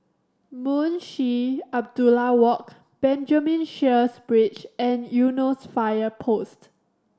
Munshi Abdullah Walk Benjamin Sheares Bridge and Eunos Fire Post